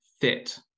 fit